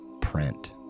print